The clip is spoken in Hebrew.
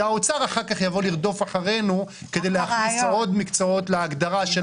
שהאוצר אחר כך יבוא לרדוף אחרינו כדי להכניס עוד מקצועות להגדרה.